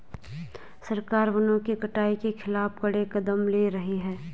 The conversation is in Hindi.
सरकार वनों की कटाई के खिलाफ कड़े कदम ले रही है